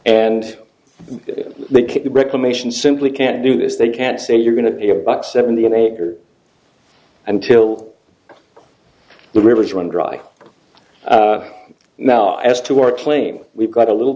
keep the reclamation simply can't do this they can't say you're going to be a buck seventy an acre until the rivers run dry now as to our claim we've got a little